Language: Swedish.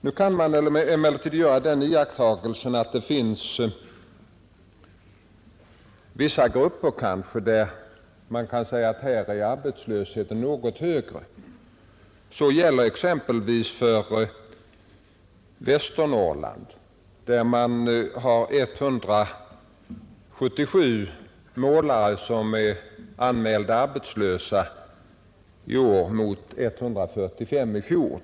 Man kan emellertid göra den iakttagelsen att det finns vissa grupper där arbetslösheten är något högre. Detta gäller exempelvis för Västernorrland, där 177 målare är anmälda som arbetslösa i år mot 145 i fjol.